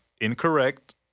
incorrect